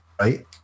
Right